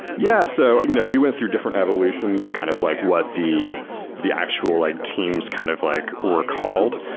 yeah. so and you know we went through different evolutions of kind of like what the the actual like teams kind of like were called,